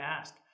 ask